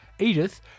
Edith